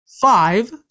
Five